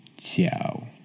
Ciao